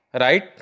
right